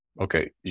okay